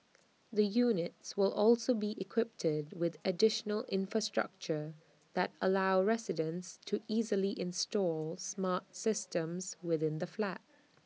the units will also be equipped with additional infrastructure that allow residents to easily install smart systems within the flat